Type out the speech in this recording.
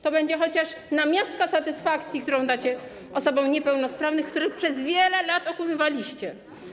To będzie chociaż namiastka satysfakcji, którą dacie osobom niepełnosprawnym, które przez wiele lat okłamywaliście.